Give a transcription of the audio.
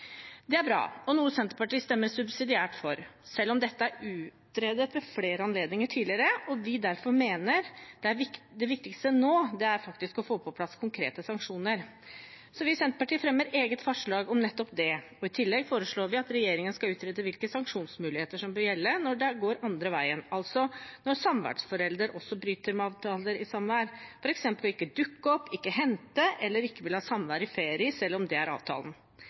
Det er bra, og noe Senterpartiet stemmer subsidiært for, selv om dette er utredet ved flere anledninger tidligere og vi derfor mener det viktigste nå faktisk er å få på plass konkrete sanksjoner. Vi i Senterpartiet fremmer derfor et eget forslag om nettopp det. I tillegg foreslår vi at regjeringen skal utrede hvilke sanksjonsmuligheter som bør gjelde når det går andre veien, altså når samværsforeldere også bryter avtaler om samvær, f.eks. ved ikke å dukke opp, ikke å hente eller ikke å ville ha samvær i ferie, selv om det er avtalen.